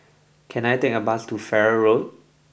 can I take a bus to Farrer Road